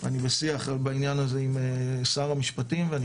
אני בשיח בעניין הזה עם שר המשפטים ואני